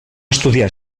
estudiar